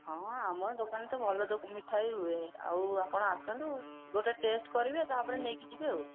ହଁ ଆମ ଦୋକାନ ତ ଭଲ ମିଠା ହିଁ ହୁଏ ଆଉ ଆପଣ ଆସନ୍ତୁ ଗୋଟେ ଟେଷ୍ଟ କରିବେ ତା'ପରେ ନେଇକି ଯିବେ ଆଉ